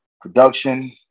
Production